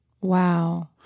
Wow